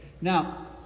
Now